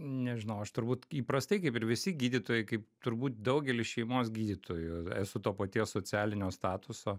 nežinau aš turbūt įprastai kaip ir visi gydytojai kaip turbūt daugelis šeimos gydytojų esu to paties socialinio statuso